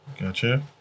Gotcha